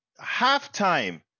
halftime